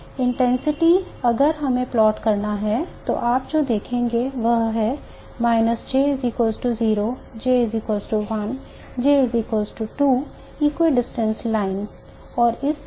intensity अगर हमें plot करना है तो आप जो देखेंगे वह है J 0 J 1 J 2 समदूरस्थ रेखाएं और इसी तरह